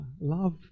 love